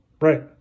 Right